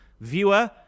viewer